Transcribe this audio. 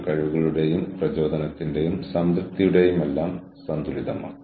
കൂടാതെ വെബ്സൈറ്റ് എങ്ങനെ എഡിറ്റ് ചെയ്യണമെന്ന് മാത്രമേ എന്നെ പഠിപ്പിച്ചിട്ടുള്ളൂ